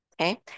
Okay